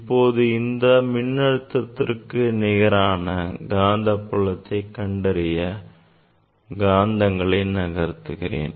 இப்போது இந்த மின்னழுத்தத்திற்கு நிகரான காந்தப்புலத்தை கண்டறிய காந்தங்களை நகர்த்துகிறேன்